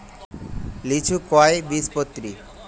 লিচু কয় বীজপত্রী?